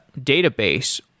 database